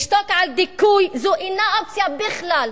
לשתוק על דיכוי זו אינה אופציה בכלל.